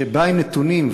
שבא עם נתונים,